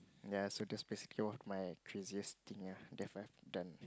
ya so that's basically one of my craziest thing ah that I've done